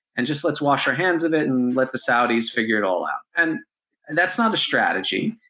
and just let's wash our hands of it, and let the saudis figure it all out. and and that's not a strategy.